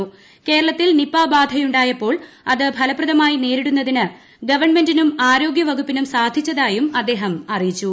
്ക്രേരള്തിൽ Nipah ബാധയുണ്ടായപ്പോൾ അതു ഫലപ്രദമായി നേരിടുന്നതിന് ഗവൺമെന്റിനും ആരോഗൃവകുപ്പിനും സാധിച്ചതായും അദ്ദേഹം അറിയിച്ചു